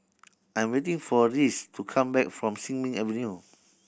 I'm waiting for Reece to come back from Sin Ming Avenue